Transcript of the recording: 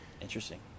Interesting